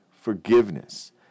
forgiveness